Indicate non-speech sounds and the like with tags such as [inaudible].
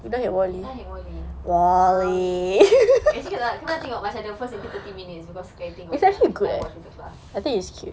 nina hate wall E [noise] actually kau dah tengok the first thirty minutes I watch the